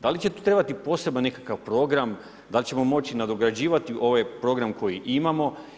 Da li će tu trebati poseban nekakav program, da li ćemo moći nadograđivati ovaj program koji imamo?